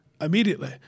immediately